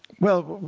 well,